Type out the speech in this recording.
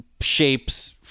shapes